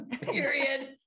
period